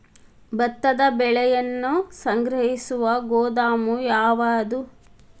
ಭತ್ತದ ಬೆಳೆಯನ್ನು ಸಂಗ್ರಹಿಸುವ ಗೋದಾಮು ಯಾವದು?